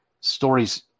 stories